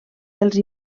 dels